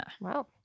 Wow